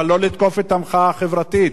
אבל לא לתקוף את המחאה החברתית,